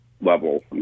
level